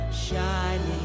Shining